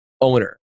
owner